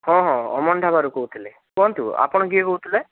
ହଁ ହଁ ଅମନ ଢାବାରୁ କହୁଥିଲି କୁହନ୍ତୁ ଆପଣ କିଏ କହୁଥିଲେ